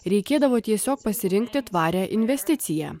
reikėdavo tiesiog pasirinkti tvarią investiciją